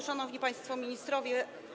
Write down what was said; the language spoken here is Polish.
Szanowni Państwo Ministrowie!